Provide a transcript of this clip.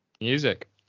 Music